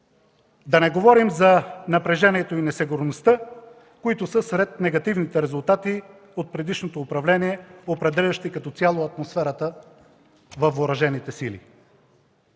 Да не говорим за напрежението и несигурността, които са сред негативните резултати от предишното управление, определящи като цяло атмосферата във Въоръжените сили.